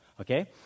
Okay